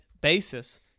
basis